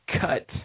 Cut